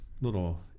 little